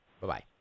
Bye-bye